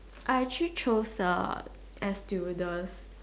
I actually chose air stewardess